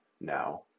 now